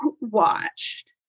watched